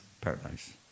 Paradise